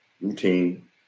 routine